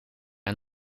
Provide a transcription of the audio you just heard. een